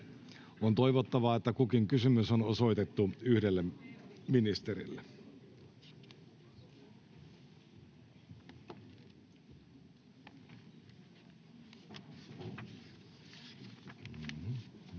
On toivottavaa, että kukin kysymys on osoitettu yhdelle ministerille. Edustaja